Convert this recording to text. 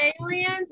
aliens